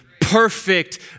perfect